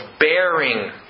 bearing